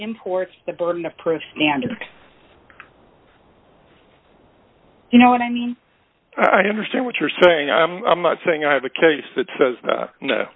imports the burden of proof standards you know what i mean i understand what you're saying i'm not saying i have a case that says